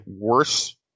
worse